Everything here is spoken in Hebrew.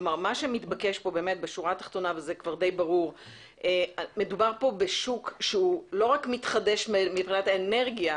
כלומר מה שמתבקש פה בשורה התחתונה מדובר בשוק שלא רק מתחדש באנרגיה,